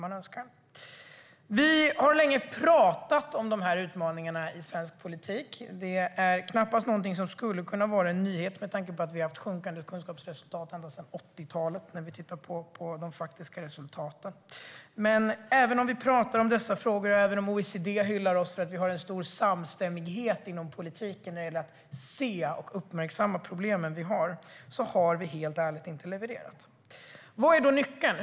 I svensk politik har vi länge pratat om dessa utmaningar. Det är knappast någonting som är en nyhet med tanke på att vi har haft sjunkande kunskapsresultat ända sedan 80-talet, sett till de faktiska resultaten. Även om vi pratar om dessa frågor, även om OECD hyllar oss för att vi har en stor samstämmighet inom politiken när det gäller att se och uppmärksamma problemen, har vi helt ärligt inte levererat. Vad är då nyckeln?